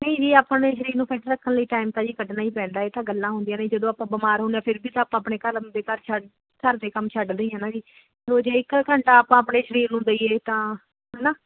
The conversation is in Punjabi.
ਨਹੀਂ ਜੀ ਆਪਾਂ ਨੇ ਸਰੀਰ ਨੂੰ ਫਿਟ ਰੱਖਣ ਲਈ ਟਾਈਮ ਤਾਂ ਜੀ ਕੱਢਣਾ ਹੀ ਪੈਂਦਾ ਇਹ ਤਾਂ ਗੱਲਾਂ ਹੁੰਦੀਆਂ ਨੇ ਜਦੋਂ ਆਪਾਂ ਬਿਮਾਰ ਹੁੰਦੇ ਫਿਰ ਵੀ ਤਾਂ ਆਪਾਂ ਆਪਣੇ ਘਰ ਦੇ ਘਰ ਛੱਡ ਘਰਦੇ ਕੰਮ ਛੱਡਦੇ ਆ ਨਾ ਜੀ ਜੇ ਇੱਕ ਘੰਟਾ ਆਪਾਂ ਆਪਣੇ ਸਰੀਰ ਨੂੰ ਦਈਏ ਤਾਂ ਹੈ ਨਾ